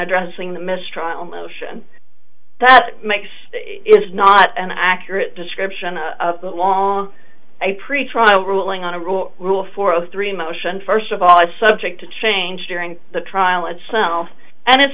addressing the mistrial motion that makes is not an accurate description of the long a pretrial ruling on a rule rule four zero three motion first of all is subject to change during the trial itself and it's